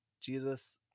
Jesus